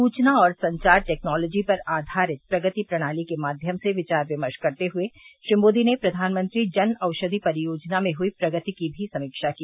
सुचना और संचार टेक्नोलाजी पर आघारित प्रगति प्रणाली के माध्यम से विवार विमर्श करते हुए श्री मोदी ने प्रघानमंत्री जन औषधि परियोजना में हुई प्रगति की भी समीक्षा की